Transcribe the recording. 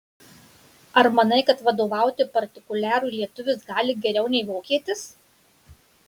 ar manai kad vadovauti partikuliarui lietuvis gali geriau nei vokietis